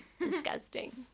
Disgusting